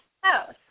House